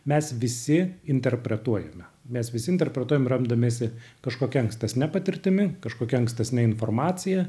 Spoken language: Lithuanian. mes visi interpretuojame mes visi interpretuojam remdamiesi kažkokia ankstesne patirtimi kažkokia ankstesne informacija